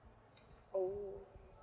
oh